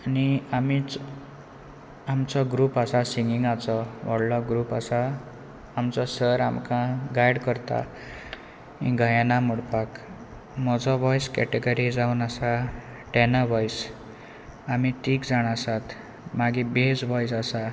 आनी आम आमचो ग्रूप आसा सिंगिंगाचो व्हडलो ग्रुप आसा आमचो सर आमकां गायड करता गायना म्हणपाक म्हजो वॉयस कॅटेगरी जावन आसा टॅनर वॉयस आमी तीग जाणा आसात मागीर बेज वॉयस आसा